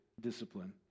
discipline